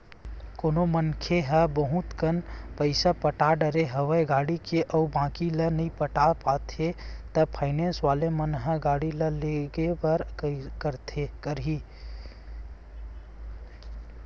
कोनो मनखे ह बहुत कन पइसा पटा डरे हवे गाड़ी के अउ बाकी ल नइ पटा पाते हे ता फायनेंस वाले मन ह गाड़ी ल लेगबे करही